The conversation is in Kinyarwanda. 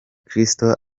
kristo